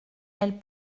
elle